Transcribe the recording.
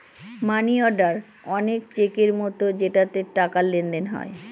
মানি order অনেক চেকের মতো যেটাতে টাকার লেনদেন হয়